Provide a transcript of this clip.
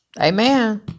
Amen